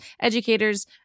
educators